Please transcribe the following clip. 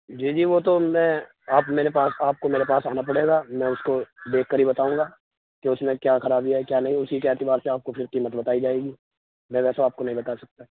جی جی وہ تو میں آپ میرے پاس آپ کو میرے پاس آنا پڑے گا میں اس کو دیکھ کر ہی بتاؤں گا کہ اس میں کیا خرابی ہے کیا نہیں اسی کے اعتبار سے آپ کو پھر قیمت بتائی جائے گی میں ویسے آپ کو نہیں بتا سکتا